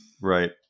Right